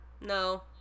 No